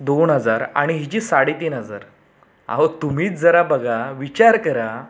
दोन हजार आणि हिची साडे तीन हजार अहो तुम्हीच जरा बघा विचार करा